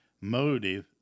motive